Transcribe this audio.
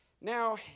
Now